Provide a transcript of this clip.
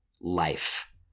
life